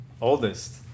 oldest